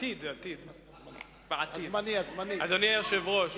אדוני היושב-ראש,